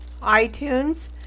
iTunes